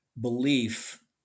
belief